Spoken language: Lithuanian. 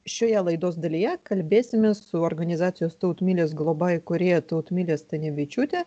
šioje laidos dalyje kalbėsimės su organizacijos tautmilės globa įkūrėja tautmile stanevičiūte